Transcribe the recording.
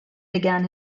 began